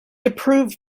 approved